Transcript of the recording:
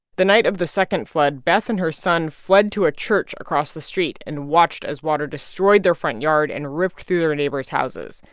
the night of the second flood, beth and her son fled to a church across the street and watched as water destroyed their front yard and ripped through their neighbor's houses.